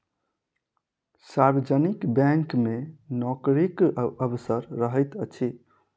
सार्वजनिक बैंक मे नोकरीक अवसर रहैत अछि